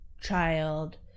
child